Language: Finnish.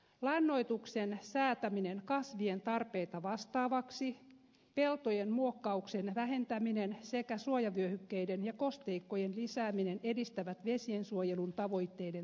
lannoituksen säätäminen kasvien tarpeita vastaavaksi peltojen muokkauksen vähentäminen sekä suojavyöhykkeiden ja kosteikkojen lisääminen edistävät vesiensuojelun tavoitteiden toteutumista